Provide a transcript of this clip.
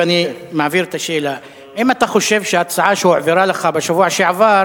ואני מעביר את השאלה: האם אתה חושב שההצעה שהועברה לך בשבוע שעבר